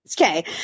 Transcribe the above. Okay